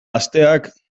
gazteak